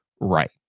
Right